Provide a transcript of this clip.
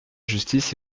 justice